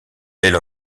elle